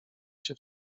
się